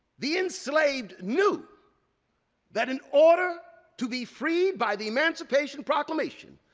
the enslaved knew that an order to be freed by the emancipation proclamation,